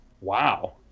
Wow